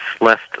left